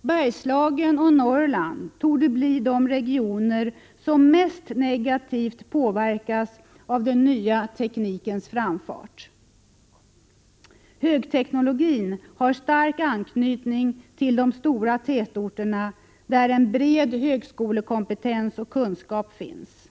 Bergslagen och Norrland torde bli de regioner som mest negativt påverkas av den nya teknikens framfart. Högteknologin har stark anknytning till de stora tätorterna där en bred högskolekompetens och kunskap finns.